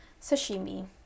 sashimi